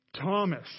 Thomas